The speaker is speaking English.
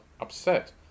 upset